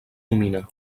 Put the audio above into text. domina